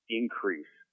increase